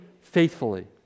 faithfully